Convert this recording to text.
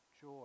joy